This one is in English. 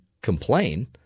complain